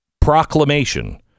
proclamation